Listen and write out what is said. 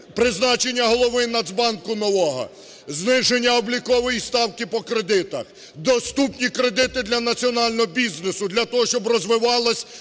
Призначення голови Нацбанку нового, зниження облікової ставки по кредитах, доступні кредити для національного бізнесу для того, щоб розвивалась